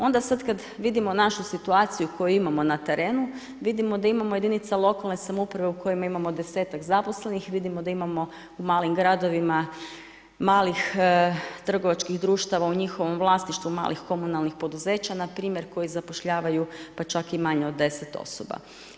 Onda sad kad vidimo našu situaciju koju imamo na terenu, vidimo da imamo jedinice lokalne samouprave u kojima imamo 10-ak zaposlenih, vidimo da imamo u malim gradovima malih trgovačkih društava u njihovom vlasništvu, malih komunalnih poduzeća npr., koji zapošljavaju pa čak i manje od 10 osoba.